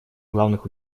главных